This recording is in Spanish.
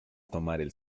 tomar